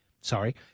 Sorry